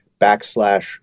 backslash